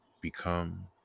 become